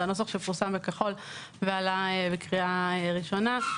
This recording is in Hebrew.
זה הנוסח שמפורסם בכחול ועלה בקריאה ראשונה.